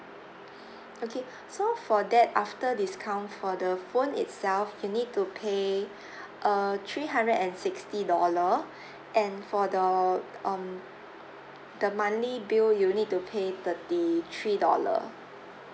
okay so for that after discount for the phone itself you need to pay uh three hundred and sixty dollar and for the um the monthly bill you'll need to pay thirty three dollar